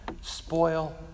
spoil